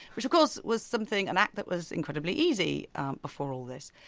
which of course was something an act that was incredibly easy before all this.